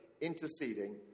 interceding